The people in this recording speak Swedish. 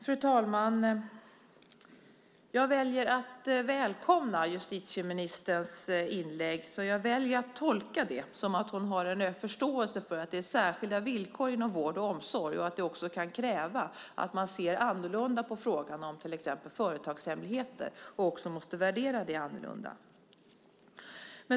Fru talman! Jag väljer att välkomna justitieministerns inlägg. Jag väljer att tolka det som att hon har en förståelse för att det är särskilda villkor inom vård och omsorg och att det kan kräva att man ser och värderar frågan om till exempel företagshemligheter annorlunda.